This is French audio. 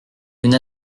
une